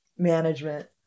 management